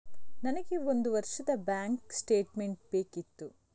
ನನಗೆ ಒಂದು ವರ್ಷದ ಬ್ಯಾಂಕ್ ಸ್ಟೇಟ್ಮೆಂಟ್ ಬೇಕಿತ್ತು